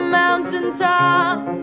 mountaintop